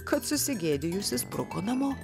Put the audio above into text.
kad susigėdijusi spruko namo